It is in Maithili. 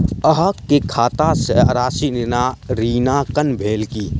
अहाँ के खाता सॅ राशि ऋणांकन भेल की?